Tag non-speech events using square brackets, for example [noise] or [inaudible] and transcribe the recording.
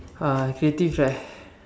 uh creative right [breath]